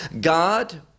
god